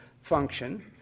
function